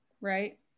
right